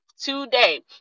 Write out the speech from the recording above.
today